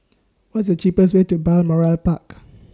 What's The cheapest Way to Balmoral Park